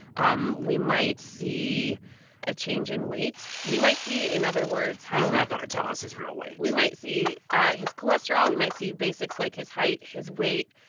um we might see a change in weight. we might see, in other words, how. he's not going to tell us his real weight we might see his cholesterol. we might see basics like his height, his weight.